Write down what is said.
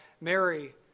Mary